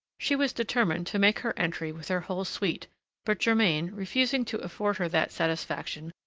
she was determined to make her entry with her whole suite but germain, refusing to afford her that satisfaction,